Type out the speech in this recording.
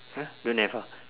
!huh! don't have ah